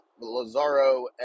Lazaro